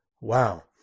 Wow